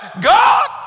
God